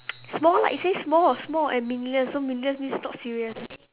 small lah it says small small and meaningless so meaningless means not serious